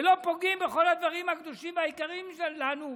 ולא פוגעים בכל הדברים הקדושים והיקרים שלנו,